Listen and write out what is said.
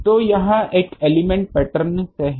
तो यह एक एलिमेंट पैटर्न से है